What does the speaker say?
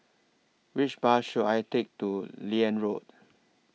Which Bus should I Take to Liane Road